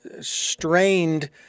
strained